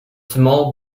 small